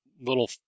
little